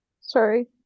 Sorry